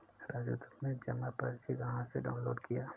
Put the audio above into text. राजू तुमने जमा पर्ची कहां से डाउनलोड किया?